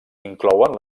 inclouen